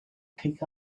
pick